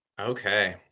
Okay